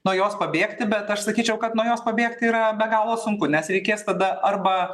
nuo jos pabėgti bet aš sakyčiau kad nuo jos pabėgti yra be galo sunku nes reikės tada arba